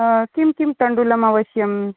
किं किं तण्डुलम् अवश्यं